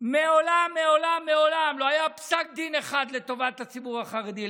ומעולם מעולם מעולם לא היה פסק דין אחד לטובת הציבור החרדי.